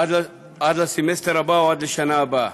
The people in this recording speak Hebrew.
עד לסמסטר הבא או עד לשנה הבאה.